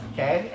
Okay